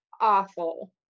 awful